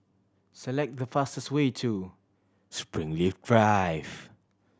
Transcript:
select the fastest way to Springleaf Drive